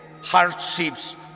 hardships